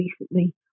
recently